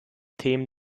themen